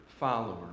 followers